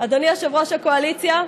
אדוני יושב-ראש הקואליציה,